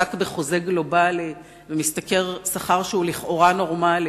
שמועסק בחוזה גלובלי ומשתכר שכר שהוא לכאורה נורמלי,